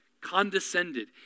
condescended